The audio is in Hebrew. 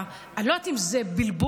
אני לא יודעת אם זה בלבול,